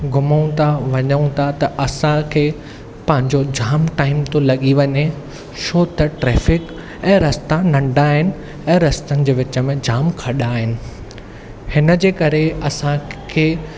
घुमूं था वञू था त असांखे पंहिंजो जाम टाइम थो लॻी वञे छो त ट्रैफिक ऐं रस्ता नंढा आहिनि ऐं रस्तनि जे विच में जाम खॾा आहिनि हिन जे करे असांखे